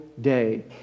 day